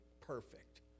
perfect